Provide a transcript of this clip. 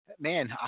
Man